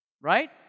right